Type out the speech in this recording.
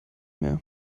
mehr